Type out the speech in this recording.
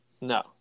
No